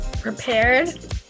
Prepared